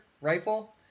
rifle